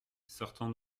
sortant